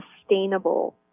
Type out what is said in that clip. sustainable